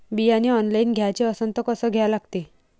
बियाने ऑनलाइन घ्याचे असन त कसं घ्या लागते?